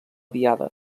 diada